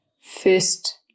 First